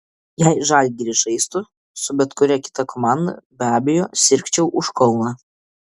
jei žalgiris žaistų su bet kuria kita komanda be abejo sirgčiau už kauną